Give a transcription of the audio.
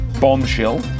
bombshell